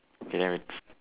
okay then we